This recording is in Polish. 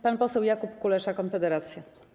Pan poseł Jakub Kulesza, Konfederacja.